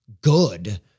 good